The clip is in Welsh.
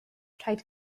rhaid